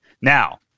Now